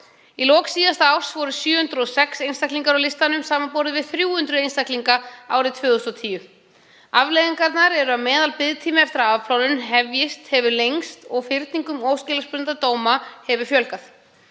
Í lok síðasta árs voru 706 einstaklingar á listanum, samanborið við 300 einstaklinga árið 2010. Afleiðingarnar eru að meðalbiðtími eftir að afplánun hefjist hefur lengst og fyrningum óskilorðsbundinna dóma hefur fjölgað.